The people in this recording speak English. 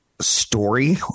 story